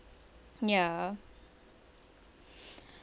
ya